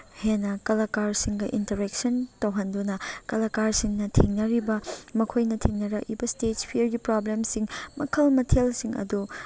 ꯍꯦꯟꯅ ꯀꯂꯀꯥꯔꯁꯤꯡꯒ ꯏꯟꯇꯔꯦꯛꯁꯟ ꯇꯧꯍꯟꯗꯨꯅ ꯀꯂꯀꯥꯔꯁꯤꯡꯅ ꯊꯦꯡꯅꯔꯤꯕ ꯃꯈꯣꯏꯅ ꯊꯦꯡꯅꯔꯛꯏꯕ ꯏꯁꯇꯦꯖ ꯐꯤꯌꯔꯒꯤ ꯄ꯭ꯔꯣꯕ꯭ꯂꯦꯝꯁꯤꯡ ꯃꯈꯜ ꯃꯊꯦꯜꯁꯤꯡ ꯑꯗꯨ